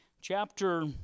chapter